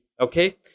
Okay